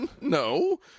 no